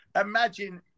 imagine